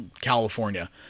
California